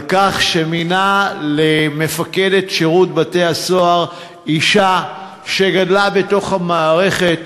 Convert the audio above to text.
על כך שמינה למפקדת שירות בתי-הסוהר אישה שגדלה בתוך המערכת,